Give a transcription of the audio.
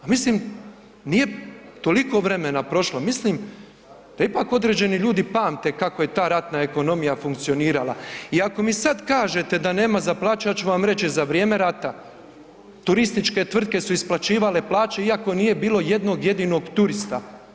Mislim nije toliko vremena prošlo, mislim da ipak određeni ljudi pamte kako je ta ratna ekonomija funkcionirala i ako mi sad kažete da nema za plaću ja ću vam reći za vrijeme rata turističke tvrtke su isplaćivale plaću iako nije bilo jednog jedinog turista.